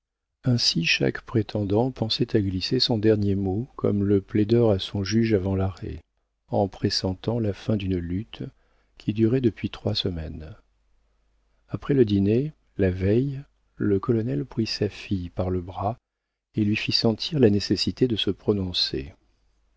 ainsi chaque prétendant pensait à glisser son dernier mot comme le plaideur à son juge avant l'arrêt en pressentant la fin d'une lutte qui durait depuis trois semaines après le dîner la veille le colonel prit sa fille par le bras et lui fit sentir la nécessité de se prononcer